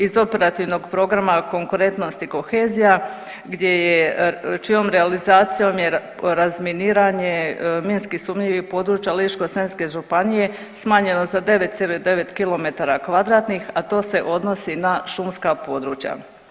Iz operativnog programa konkurentnost i kohezija gdje je, čijom realizacijom je razminiranje minski sumnjivih područja Ličko-senjske županije smanjeno za 9,9 km2, a to se odnosi na šumska područja.